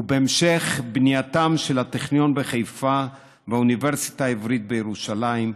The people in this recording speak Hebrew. ובהמשך בניית הטכניון בחיפה והאוניברסיטה העברית בירושלים,